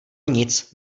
nic